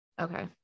Okay